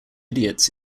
idiots